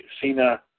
Cena